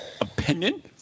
Opinion